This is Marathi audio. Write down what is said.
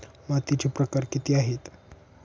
मातीचे प्रकार किती आहेत?